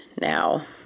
now